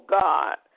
God